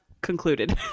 concluded